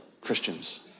Christians